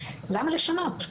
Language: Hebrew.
למה לשנות?